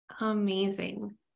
Amazing